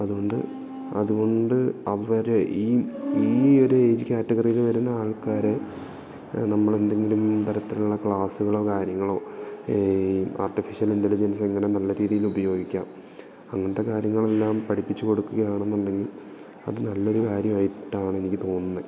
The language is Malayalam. അതുകൊണ്ട് അതുകൊണ്ട് അവർ ഈ ഈ ഒരു ഏജ് കാറ്റഗറിയിൽ വരുന്ന ആൾക്കാർ നമ്മൾ എന്തെങ്കിലും തരത്തിലുള്ള ക്ലാസ്സുകളോ കാര്യങ്ങളോ ഈ ആർട്ടിഫിഷ്യൽ ഇൻറ്റലിജൻസെങ്ങനെ നല്ല രീതിയിൽ ഉപയോഗിക്കാം അങ്ങനത്തെ കാര്യങ്ങൾ എല്ലാം പഠിപ്പിച്ച് കൊടുക്കുക ആണെന്ന് ഉണ്ടെങ്കിൽ അത് നല്ലൊരു കാര്യമായിട്ടാണ് എനിക്ക് തോന്നുന്നത്